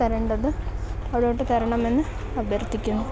തരേണ്ടത് അവിടോട്ട് തരണമെന്ന് അഭ്യർത്ഥിക്കുന്നു